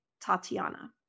Tatiana